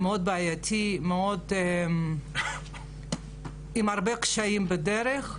מאוד בעייתי, עם הרבה קשיים בדרך,